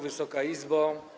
Wysoka Izbo!